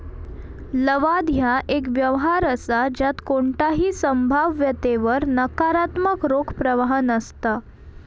लवाद ह्या एक व्यवहार असा ज्यात कोणताही संभाव्यतेवर नकारात्मक रोख प्रवाह नसता